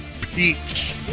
Peach